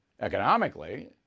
economically